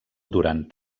durant